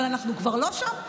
אבל אנחנו כבר לא שם,